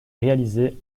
réaliser